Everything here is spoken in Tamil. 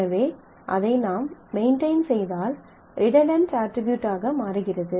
எனவே அதை நாம் மெயின்டெயின் செய்தால் ரிடன்டன்ட் அட்ரிபியூட்டாக மாறுகிறது